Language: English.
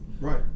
Right